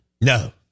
No